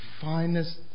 finest